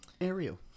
Ariel